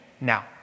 now